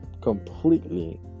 completely